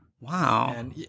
Wow